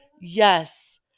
Yes